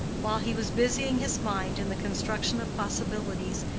while he was busying his mind in the construction of possibilities,